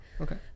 Okay